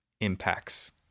impacts